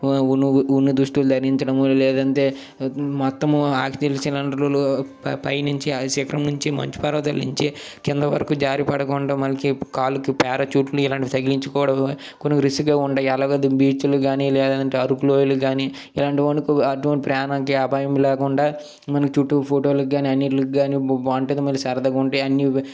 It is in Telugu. ఉ ఉన్ని దుస్తులు ధరించడం లేదంటే మొత్తం ఆక్సిజన్ సిలిండర్లలు పై పైనుంచి శిఖరం నుంచి మంచు పర్వతాల నుంచి కింద వరకు జారీ పడకుండా మనకి కాలుకి పారాషూట్లు ఇలాంటి తగిలించుకోవడం కొన్ని రిస్క్గా ఉంటాయి అలాగే బీచులు గాని లేదంటే అరకు లోయలు కానీ ఇలాంటివన్నీ అటువంటి ప్రాణానికి ఏ అపాయం లేకుంటి మన చుట్టూ ఫోటోలకు గాని అన్నటికి గాని వంటి సరదాగా ఉంటాయి